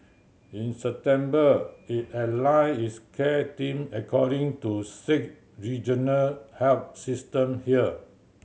in September it aligned its care team according to six regional health system here